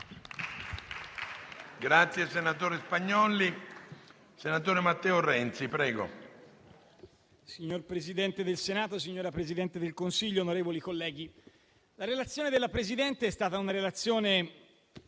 la relazione della Presidente è stata una relazione